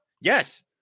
Yes